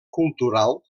cultural